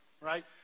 right